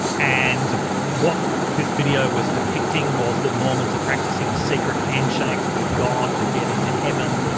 and what this video was depicting was that mormons are practising secret handshakes with god to get into heaven.